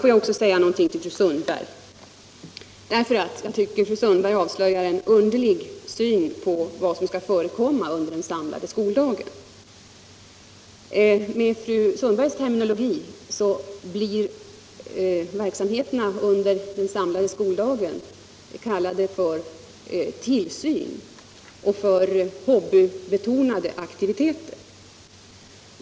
Får jag också säga något till fru Sundberg. Jag tycker att fru Sundberg avslöjar en underlig syn på vad som skall förekomma under den samlade skoldagen. Med fru Sundbergs terminologi blir verksamheterna under den samlade skoldagen kallade för ”tillsyn” och för ”hobbybetonade aktiviteter”.